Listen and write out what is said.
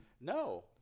no